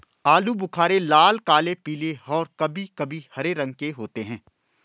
आलू बुख़ारे लाल, काले, पीले और कभी कभी हरे रंग के होते हैं